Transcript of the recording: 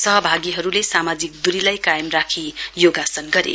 सहभागीहरूले सामाजिक दूरीलाई कायम राखि योगासन गरे